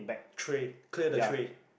tray clear the tray